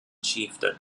chieftain